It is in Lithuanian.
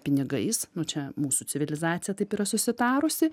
pinigais čia mūsų civilizacija taip yra susitarusi